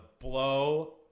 blow